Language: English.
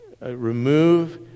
remove